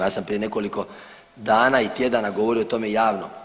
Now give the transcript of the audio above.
Ja sam prije nekoliko dana i tjedana govorio o tome javno.